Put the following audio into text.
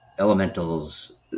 Elementals